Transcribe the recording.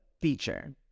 feature